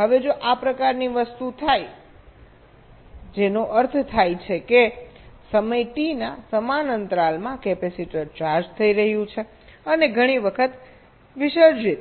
હવે જો આ પ્રકારની વસ્તુ થાય છે જેનો અર્થ થાય છે સમય T ના સમાન અંતરાલમાં કેપેસિટર ચાર્જ થઈ રહ્યું છે અને ઘણી વખત વિસર્જિત